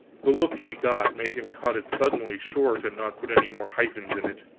the look he got, made him cut it suddenly short and not put any more hyphens in it.